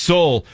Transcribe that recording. Soul